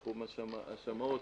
תחום השמאות,